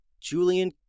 Julian